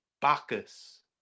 Bacchus